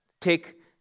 take